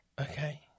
Okay